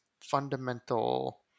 Fundamental